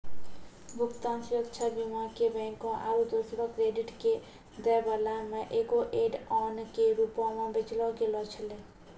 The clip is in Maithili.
भुगतान सुरक्षा बीमा के बैंको आरु दोसरो क्रेडिट दै बाला मे एगो ऐड ऑन के रूपो मे बेचलो गैलो छलै